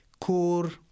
core